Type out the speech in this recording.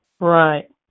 Right